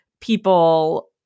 people